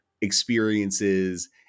experiences